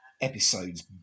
episodes